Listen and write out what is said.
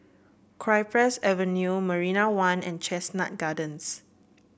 Cypress Avenue Marina One and Chestnut Gardens